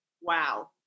Wow